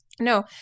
No